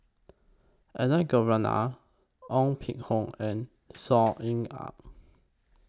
Elangovan Ong Peng Hock and Saw Ean Ang